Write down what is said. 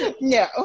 no